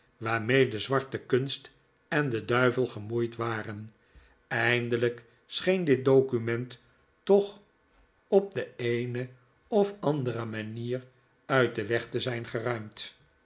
waarmee de zwarte kunst en de duivel gemoeid waren eindelijk scheen dit document toch op de een of andere manier uit den weg te zijn